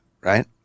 right